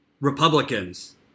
Republicans